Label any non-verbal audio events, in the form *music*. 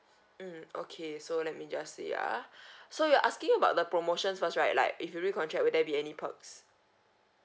mm okay so let me just see ah *breath* so you're asking about the promotions first right like if you recontract will there be any perks